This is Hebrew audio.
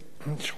ב-11 ביוני,